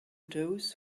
those